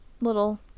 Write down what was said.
little